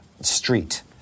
Street